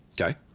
okay